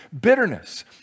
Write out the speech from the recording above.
bitterness